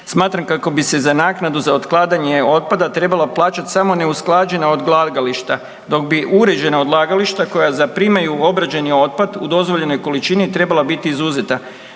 smatram kako bi se za naknadu za otklanjanje otpada trebala plaćati samo neusklađena odlagališta dok bi uređena odlagališta koja zaprimaju obrađeni otpad u dozvoljenoj količini trebala biti izuzeta.